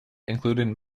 included